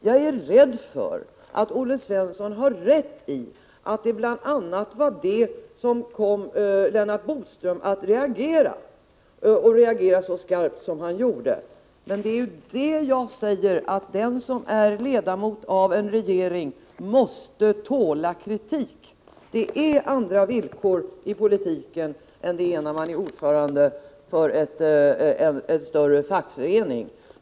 Jag är rädd för att Olle Svensson har rätt i att det bl.a. var Hugo Lindgrens uppfattning på den punkten som kom Lennart Bodström att reagera och reagera så skarpt som han gjorde. Det är just det jag haft invändningar emot när jag har sagt att den som är ledamot av en regering måste tåla kritik. Det råder andra villkor i politiken än för den som är ordförande för en större fackförening.